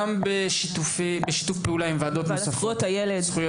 גם בשיתוף פעולה עם ועדות נוספות כמו זכויות הילד,